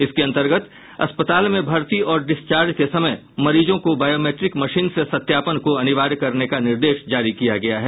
इसके अंतर्गत अस्पताल में भर्ती और डिस्चार्ज के समय मरीजों की बायोमेट्रिक मशीन से सत्यापन को अनिवार्य करने का निर्देश जारी किया गया है